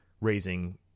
raising